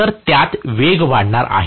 तर त्यात वेग वाढणार आहे